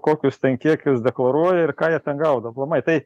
kokius ten kiekius deklaruoja ir ką jie ten gaudo aplamai tai